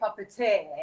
puppeteer